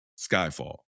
Skyfall